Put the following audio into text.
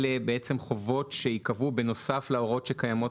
אלה בעצם חובות שייקבעו בנוסף להוראות שקיימות